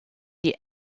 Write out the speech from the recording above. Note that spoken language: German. die